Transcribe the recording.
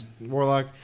warlock